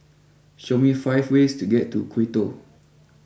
show me five ways to get to Quito